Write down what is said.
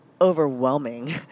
overwhelming